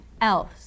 else